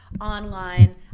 online